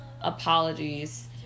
apologies